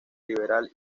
liberal